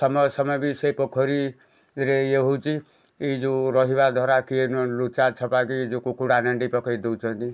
ସମୟେ ସମୟେ ବି ସେ ପୋଖରୀରେ ଇଏ ହେଉଛି ଯେଉଁ ରହିବା ଧରା କିଏ ଲୁଚାଛପା କି ଯେଉଁ କୁକୁଡ଼ା ନେଣ୍ଡି ପକେଇ ଦେଉଛନ୍ତି